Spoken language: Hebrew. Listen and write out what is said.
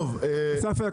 גם לי לא נתת לדברים.